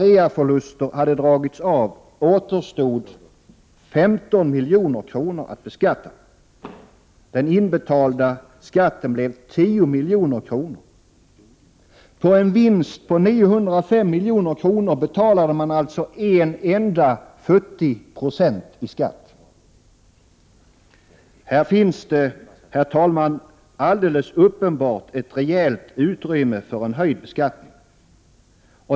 EEE örl Här finns det, herr talman, alldeles uppenbart ett rejält utrymme för en förvissa reaförluster, m.m. höjd beskattning.